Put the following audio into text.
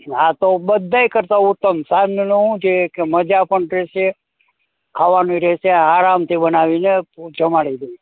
હા તો બધાય કરતાં ઉત્તમ સાંજનું શું છે કે જે એક મજા પણ રહેશે ખાવાનું રહેશે આરામથી બનાવીને જમાડીશું